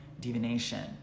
divination